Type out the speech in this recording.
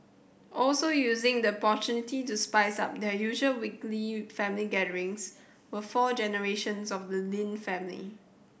also using the opportunity to spice up their usual weekly family gatherings were four generations of the Lin family